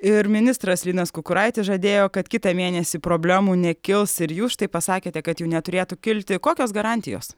ir ministras linas kukuraitis žadėjo kad kitą mėnesį problemų nekils ir jūs štai pasakėte kad jų neturėtų kilti kokios garantijos